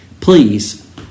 please